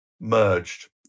merged